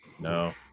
no